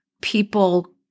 people